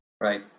Right